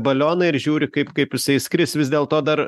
balioną ir žiūri kaip kaip jisai skris vis dėl to dar